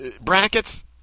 brackets